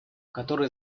которые